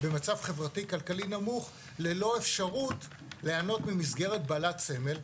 במצב חברתי כלכלי נמוך ללא אפשרות ליהנות ממסגרת בעלת סמל,